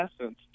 essence